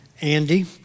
andy